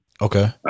Okay